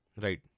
Right